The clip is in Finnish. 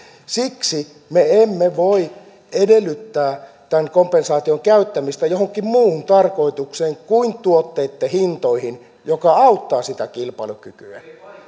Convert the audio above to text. siksi me emme voi edellyttää tämän kompensaation käyttämistä johonkin muuhun tarkoitukseen kuin tuotteitten hintoihin joka auttaa sitä kilpailukykyä